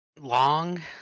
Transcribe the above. Long